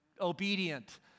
obedient